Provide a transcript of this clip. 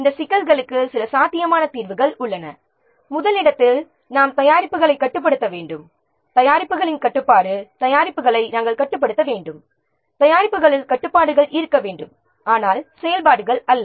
இந்த சிக்கல்களுக்கு சில சாத்தியமான தீர்வுகள் உள்ளன முதலில் நாம் தயாரிப்புகளை கட்டுப்படுத்த வேண்டும் தயாரிப்புகளில் கட்டுப்பாடுகள் இருக்க வேண்டும் ஆனால் செயல்பாடுகளில் அல்ல